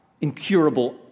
incurable